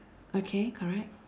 okay correct